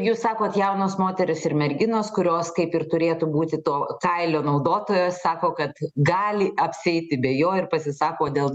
jūs sakot jaunos moterys ir merginos kurios kaip ir turėtų būti to kailio naudotojos sako kad gali apsieiti be jo ir pasisako dėl